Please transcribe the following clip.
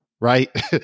Right